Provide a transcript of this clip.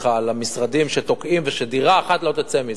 על המשרדים שתוקעים ושדירה אחת לא תצא מזה.